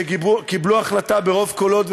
שקיבלו החלטה ברוב קולות,